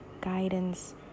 guidance